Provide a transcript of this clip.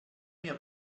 mir